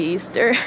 Easter